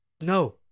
no